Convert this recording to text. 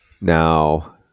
now